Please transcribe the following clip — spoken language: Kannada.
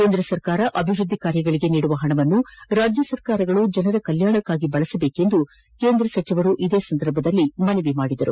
ಕೇಂದ್ರ ಸರ್ಕಾರ ಅಭಿವೃದ್ದಿ ಕಾರ್ಯಗಳಿಗೆ ನೀಡುವ ಪಣವನ್ನು ರಾಜ್ಯ ಸರ್ಕಾರಗಳು ಜನರ ಕಲ್ಲಾಣಕ್ಕಾಗಿ ಬಳಸಬೇಕೆಂದು ಕೇಂದ್ರ ಸಚಿವರು ಇದೇ ಸಂದರ್ಭದಲ್ಲಿ ಮನವಿ ಮಾಡಿದರು